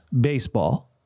baseball